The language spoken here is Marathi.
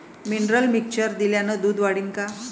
मिनरल मिक्चर दिल्यानं दूध वाढीनं का?